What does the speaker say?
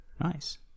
Nice